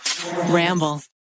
Ramble